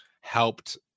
helped